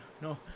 No